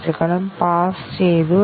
എന്താണ് കവർ ചെയ്തിരിക്കുന്നത്